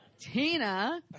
Tina